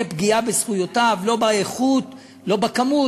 פגיעה בזכויות: לא באיכות ולא בכמות,